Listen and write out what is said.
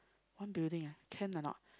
one building can or not